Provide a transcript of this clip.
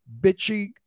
bitchy